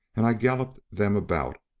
and i galloped them about,